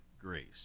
Grace